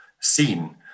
seen